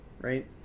right